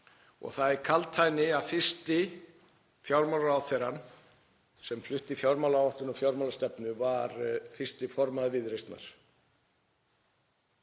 Það er kaldhæðni að fyrsti fjármálaráðherrann sem flutti fjármálaáætlun og fjármálastefnu var fyrsti formaður Viðreisnar.